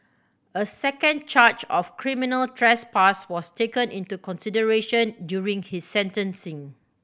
a second charge of criminal trespass was taken into consideration during his sentencing